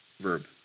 verb